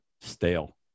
stale